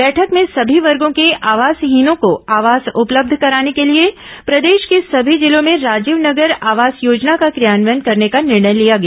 बैठक में सभी वर्गों के आवासहीनो को आवास उपलब्ध कराने के लिए प्रदेश के सभी जिलों में राजीव नगर आवास योजना का क्रियान्वयन करने का निर्णय लिया गया